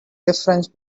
difference